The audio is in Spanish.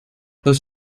los